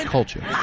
culture